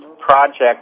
project